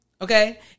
Okay